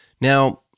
Now